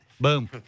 boom